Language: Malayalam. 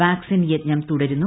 വ്യാക്സിൻ യജ്ഞം തുടരുന്നു